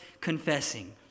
confessing